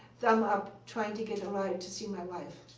thumb up, trying to get a ride to see my wife.